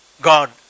God